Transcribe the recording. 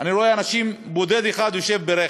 אני רואה בודד אחד יושב ברכב,